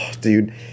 Dude